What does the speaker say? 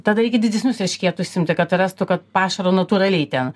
tada reikia didesnius eršketus imti kad rastų kad pašarą natūraliai ten